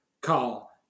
Call